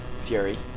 Fury